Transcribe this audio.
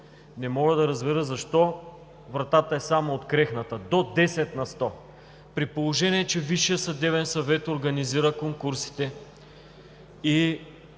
не мога да разбера защо вратата е само открехната – до 10 на сто, при положение че Висшият съдебен съвет организира конкурсите.